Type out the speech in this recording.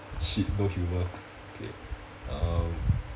shit no humour okay um